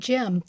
Jim